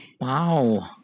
wow